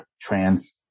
trans